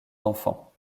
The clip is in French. enfants